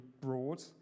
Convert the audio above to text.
broad